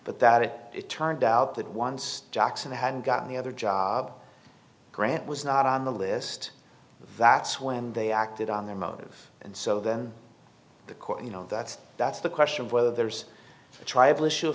but that it it turned out that once jackson had got the other job grant was not on the list that's when they acted on their motive and so that the court you know that's that's the question of whether there's a tribal issue